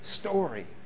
story